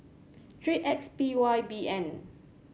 three X P Y B N